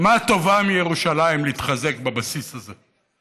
ומה טוב מירושלים להתחזק בבסיס הזה?